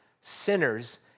sinners